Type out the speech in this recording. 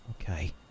Okay